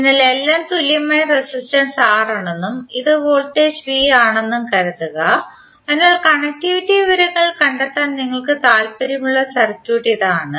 അതിനാൽ എല്ലാം തുല്യമായ റെസിസ്റ്റൻസ് R ആണെന്നും ഇത് വോൾട്ടേജ് V ആണെന്നും കരുതുക അതിനാൽ കണക്റ്റിവിറ്റി വിവരങ്ങൾ കണ്ടെത്താൻ നിങ്ങൾക്ക് താൽപ്പര്യമുള്ള സർക്യൂട്ട് ഇതാണ്